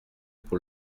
pour